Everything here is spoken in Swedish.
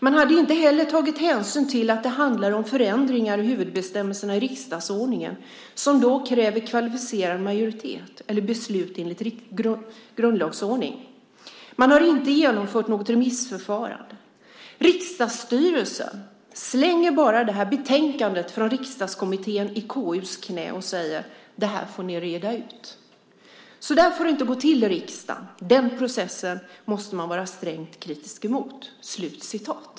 Man hade inte heller tagit hänsyn till att det handlar om förändringar i huvudbestämmelserna i riksdagsordningen som då kräver kvalificerad majoritet eller beslut enligt grundlagsordning. Man har inte genomfört något remissförfarande. Riksdagsstyrelsen slänger bara det här betänkandet från Riksdagskommittén i KU:s knä och säger: Det här får ni reda ut. Så där får det inte gå till i riksdagen. Den processen måste man vara strängt kritisk emot.